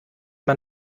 man